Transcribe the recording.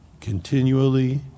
continually